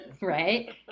right